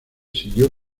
siguió